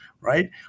right